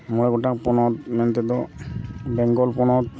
ᱢᱚᱬᱮ ᱜᱚᱴᱟᱱ ᱯᱚᱱᱚᱛ ᱢᱮᱱᱛᱮᱫᱚ ᱵᱮᱝᱜᱚᱞ ᱯᱚᱱᱚᱛ